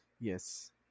Yes